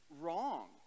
wrong